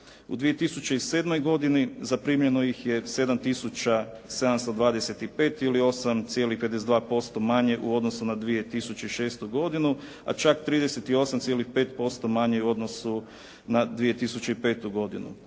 U 2007. godini zaprimljeno ih je 7 tisuća 725 ili 8,52% manje u odnosu na 2006. godinu a čak 38,5% manje u odnosu na 2005. godinu.